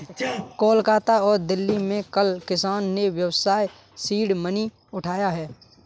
कोलकाता और दिल्ली में कल किसान ने व्यवसाय सीड मनी उठाया है